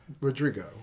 Rodrigo